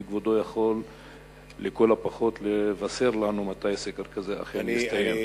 האם כבודו יכול לבשר לנו מתי סקר כזה אכן יסתיים?